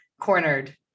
cornered